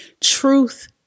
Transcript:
Truth